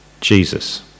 Jesus